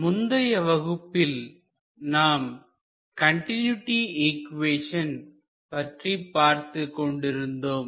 முந்தைய வகுப்பில் நாம் கண்டினூட்டி இக்வேசன் பற்றி பார்த்துக் கொண்டிருந்தோம்